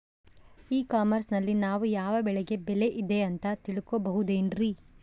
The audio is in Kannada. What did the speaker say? ಇ ಕಾಮರ್ಸ್ ನಲ್ಲಿ ನಾವು ಯಾವ ಬೆಳೆಗೆ ಬೆಲೆ ಇದೆ ಅಂತ ತಿಳ್ಕೋ ಬಹುದೇನ್ರಿ?